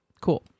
Cool